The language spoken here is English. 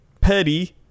Petty